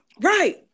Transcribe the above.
Right